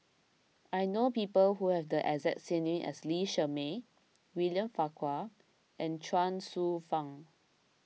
I know people who have the exact name as Lee Shermay William Farquhar and Chuang Hsueh Fang